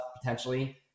potentially